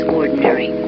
ordinary